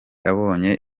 abonye